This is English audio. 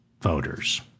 voters